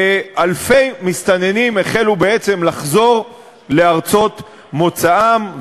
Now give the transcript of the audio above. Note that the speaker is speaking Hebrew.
ואלפי מסתננים החלו בעצם לחזור לארצות מוצאם,